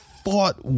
fought